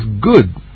good